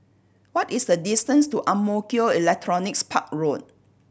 what is the distance to Ang Mo Kio Electronics Park Road